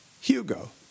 Hugo